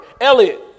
Elliot